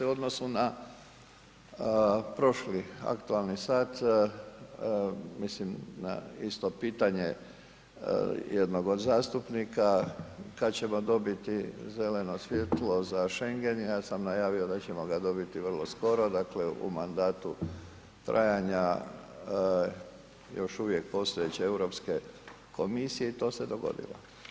U odnosu na prošli aktualni sat, mislim da na isto pitanje jednog od zastupnika kada ćemo dobiti zeleno svjetlo za Schengen, ja sam najavio da ćemo ga dobiti vrlo skoro, dakle u mandatu trajanja još uvijek postojeće Europske komisije i to se dogodilo.